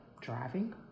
Driving